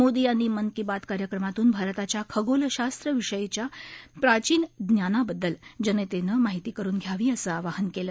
मोदी यांनी मन की बात कार्यक्रमातून भारताच्या खगोलशास्त्र विषयीच्या प्राचीन ज्ञानाबद्दल जनतेनं माहिती करुन घ्यावी असं आवाहन केलं